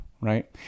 right